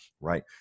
right